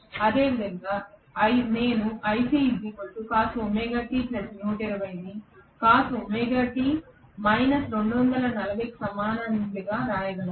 అదేవిధంగా నేను ని కి సమానమైనదిగా వ్రాయగలను